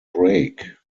brake